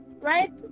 right